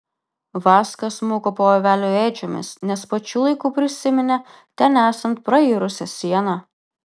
vaska smuko po avelių ėdžiomis nes pačiu laiku prisiminė ten esant prairusią sieną